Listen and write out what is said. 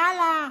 יאללה,